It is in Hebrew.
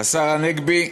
השר הנגבי,